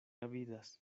avidas